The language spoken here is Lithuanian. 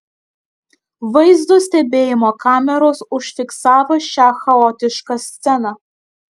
vaizdo stebėjimo kameros užfiksavo šią chaotišką sceną